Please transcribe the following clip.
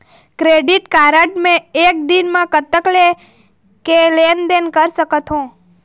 Credit card मे एक दिन म कतक के लेन देन कर सकत हो?